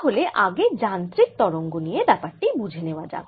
তাহলে আগে যান্ত্রিক তরঙ্গ নিয়ে ব্যাপারটি বুঝে নেওয়া যাক